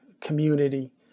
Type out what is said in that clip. community